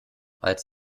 als